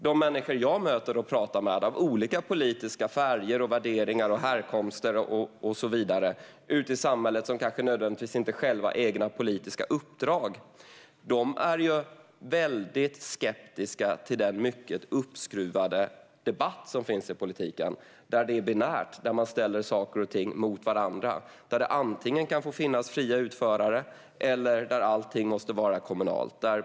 De människor jag möter och pratar med ute i samhället - som har olika politiska färger, värderingar, härkomst och så vidare och som kanske inte själva nödvändigtvis har politiska uppdrag - är väldigt skeptiska till den mycket uppskruvade debatt som finns i politiken. Det är binärt. Man ställer saker och ting mot varandra. Antingen kan det få finnas fria utförare, eller så måste allting vara kommunalt.